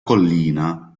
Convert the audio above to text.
collina